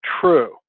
true